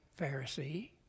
Pharisee